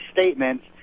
statements